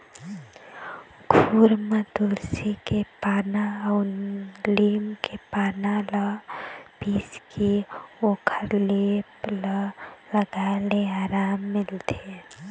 खुर म तुलसी के पाना अउ लीम के पाना ल पीसके ओखर लेप ल लगाए ले अराम मिलथे